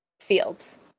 fields